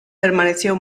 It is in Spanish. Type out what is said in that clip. permaneció